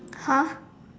!huh!